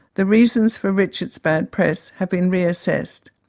the reasons for richard's bad press have been reassessed.